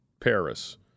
Paris